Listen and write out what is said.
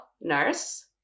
nurse